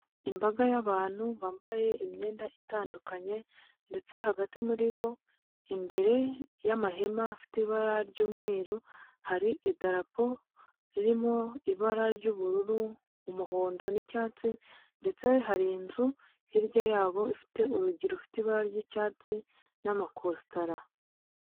Imbaga y'abantu bambaye imyenda itandukanye, ndetse hagati muri bo imbere y'amahema afite ibara ry'umweru hari idarapo ririmo ibara ry'ubururu, umuhondo n'icyatsi, ndetse hari inzu hirya yabo ifite urugi rufite ibara ry'icyatsi n'amakositara.